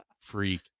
freak